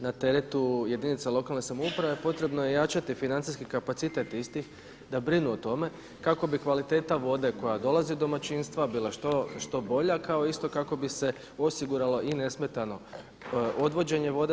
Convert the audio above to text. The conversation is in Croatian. na teretu jedinica lokalne samouprave potrebno je jačati financijski kapacitet istih da brinu o tome kako bi kvaliteta vode koja dolazi u domaćinstva bila što bolja kao isto kako bi se osiguralo i nesmetano odvođenje vode.